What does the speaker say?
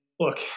Look